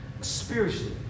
Spiritually